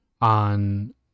on